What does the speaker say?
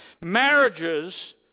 marriages